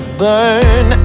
burn